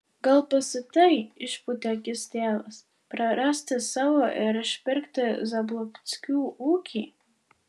gal pasiutai išpūtė akis tėvas prarasti savo ir išpirkti zablockių ūkį